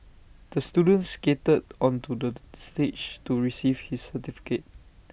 the student skated onto the stage to receive his certificate